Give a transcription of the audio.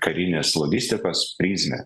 karinės logistikos prizmę